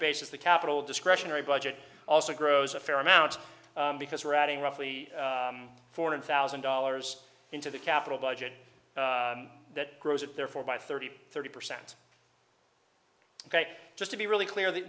basis the capital discretionary budget also grows a fair amount because we're adding roughly fourteen thousand dollars into the capital budget that grows at therefore by thirty thirty percent ok just to be really clear that